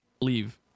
leave